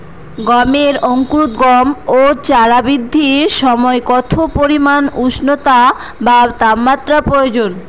গমের অঙ্কুরোদগম ও চারা বৃদ্ধির সময় কত পরিমান উষ্ণতা বা তাপমাত্রা প্রয়োজন?